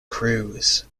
crews